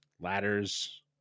ladders